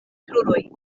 kruroj